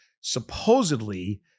supposedly